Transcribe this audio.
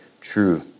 true